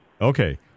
Okay